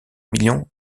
millions